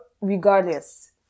regardless